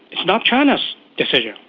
it's not china's decision,